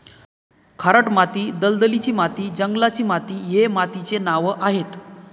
खारट माती, दलदलीची माती, जंगलाची माती हे मातीचे नावं आहेत